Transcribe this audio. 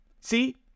See